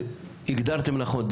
הגדרתם נכון,